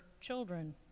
children